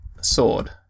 sword